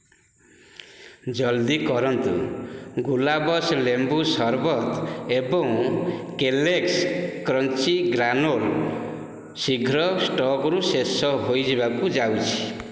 ଜଲ୍ଦି କରନ୍ତୁ ଗୁଲାବ୍ସ ଲେମ୍ବୁ ସରବତ ଏବଂ କେଲଗ୍ସ୍ କ୍ରଞ୍ଚି ଗ୍ରାନୋଲ ଶୀଘ୍ର ଷ୍ଟକ୍ରୁ ଶେଷ ହୋଇଯିବାକୁ ଯାଉଛି